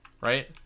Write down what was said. right